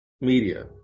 media